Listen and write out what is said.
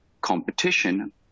competition